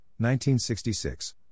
1966